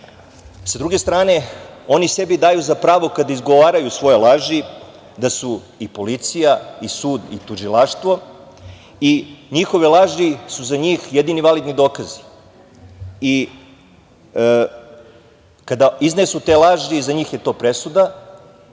druge strane, oni sebi daju za pravo kada izgovaraju svoje laži da su i policija i sud i tužilaštvo i njihove laži su za njih jedini validni dokazi. Kada iznesu te laži, za njih je to presuda,